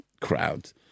crowds